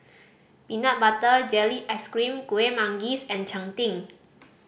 peanut butter jelly ice cream Kuih Manggis and cheng tng